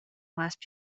last